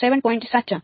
7 point સાચા